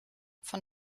von